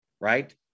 right